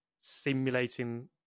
simulating